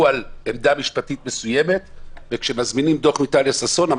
על עמדה משפטית מסוימת וכאשר מזמינים דוח מטליה ששון,